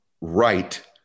right